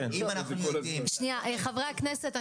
אם אנחנו יודעים --- חברי הכנסת,